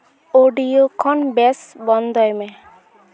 audio ᱠᱷᱚᱱ ᱵᱮᱥ ᱵᱚᱱᱫᱚᱭ ᱢᱮ